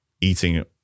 eating